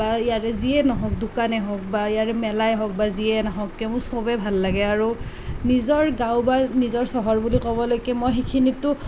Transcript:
বা ইয়াৰে যিয়েই নহওক দোকানেই হওক বা ইয়াৰে মেলাই হওক বা যিয়েই নহওক কিয় মোৰ সবেই ভাল লাগে আৰু নিজৰ গাঁও বা নিজৰ চহৰ বুলি ক'বলৈকে মই সেইখিনিতো